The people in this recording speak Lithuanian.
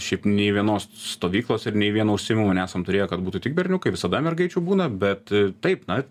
šiaip nei vienos stovyklos ir nei vieno užsiėmimo nesam turėję kad būtų tik berniukai visada mergaičių būna bet taip na